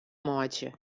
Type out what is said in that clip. meitsje